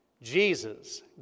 Jesus